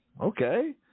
okay